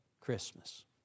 Christmas